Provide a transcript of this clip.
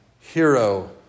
hero